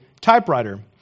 typewriter